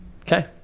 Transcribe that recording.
Okay